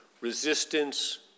resistance